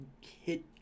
hit